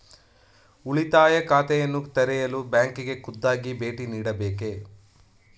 ಉಳಿತಾಯ ಖಾತೆಯನ್ನು ತೆರೆಯಲು ಬ್ಯಾಂಕಿಗೆ ಖುದ್ದಾಗಿ ಭೇಟಿ ನೀಡಬೇಕೇ?